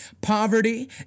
Poverty